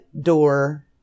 door